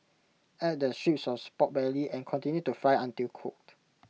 add the strips Pork Belly and continue to fry until cooked